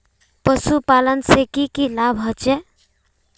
पशुपालन से की की लाभ होचे?